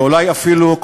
ואולי אפילו,